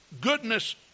goodness